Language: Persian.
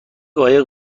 قایق